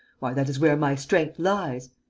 why, that is where my strength lies!